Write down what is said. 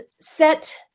set